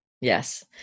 Yes